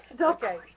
Okay